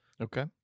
Okay